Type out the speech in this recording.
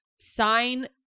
sign